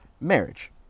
marriage